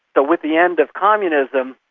but with the end of communism,